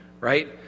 right